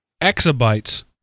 exabytes